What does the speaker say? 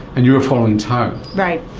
and you're following tau. right.